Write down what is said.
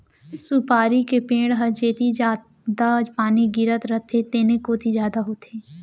सुपारी के पेड़ ह जेती जादा पानी गिरत रथे तेन कोती जादा होथे